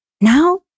Now